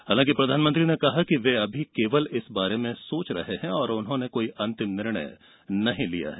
हालांकि प्रधानमंत्री ने कहा कि वे अभी केवल इस बारे में सोच रहे हैं और उन्होंने कोई अंतिम निर्णय नहीं लिया है